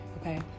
okay